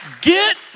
Get